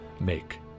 make